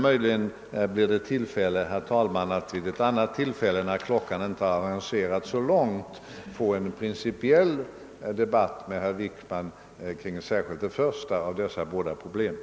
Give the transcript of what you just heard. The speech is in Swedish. Möjligen blir det, herr talman, tillfälle att en annan gång när klockan inte avancerat så långt få en principiell debatt med herr Wickman om särskilt det första av de båda problemen.